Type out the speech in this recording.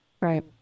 right